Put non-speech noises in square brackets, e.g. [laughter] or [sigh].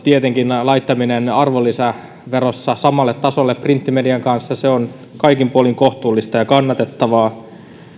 [unintelligible] tietenkin digilehtien laittaminen arvonlisäverossa samalle tasolle printtimedian kanssa on kaikin puolin kohtuullista ja kannatettavaa